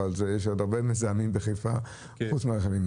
אבל יש עוד הרבה מזהמים בחיפה חוץ מרכבים.